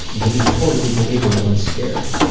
and can be totally believable and scary.